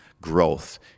growth